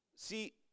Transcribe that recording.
See